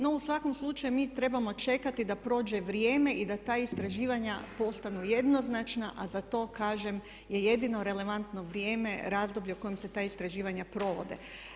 No u svakom slučaju mi trebamo čekati da prođe vrijeme i da ta istraživanja postanu jednoznačna a za to kažem je jedino relevantno vrijeme, razdoblje u kojem se ta istraživanja provode.